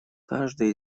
каждое